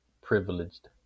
privileged